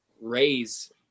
raise